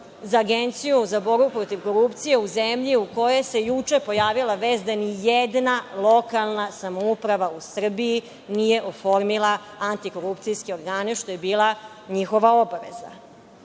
za Agenciju za borbu protiv korupcije u zemlji u kojoj se juče pojavila vest da nijedna lokalna samouprava u Srbiji nije oformila antikorupcijske organe što je bila njihova obaveza? Da